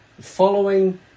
Following